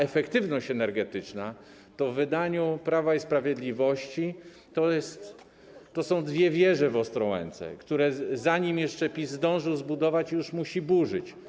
Efektywność energetyczna w wydaniu Prawa i Sprawiedliwości to są dwie wieże w Ostrołęce, które zanim jeszcze PiS zdążył zbudować, już musi burzyć.